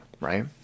right